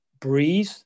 breathe